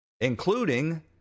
including